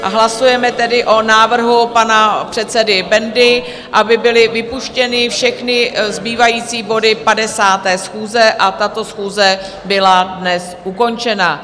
Hlasujeme tedy o návrhu pana předsedy Bendy, aby byly vypuštěny všechny zbývající body 50. schůze a tato schůze byla dnes ukončena.